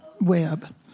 web